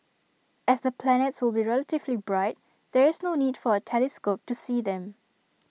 as the planets will be relatively bright there is no need for A telescope to see them